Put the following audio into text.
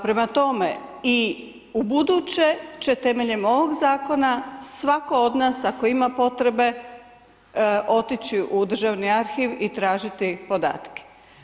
Prema tome, i ubuduće će temeljem ovoga zakona svatko od nas ako ima potrebe otići u Državni arhiv i tražiti podatke.